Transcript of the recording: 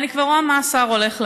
אני כבר רואה מה השר הולך להגיד,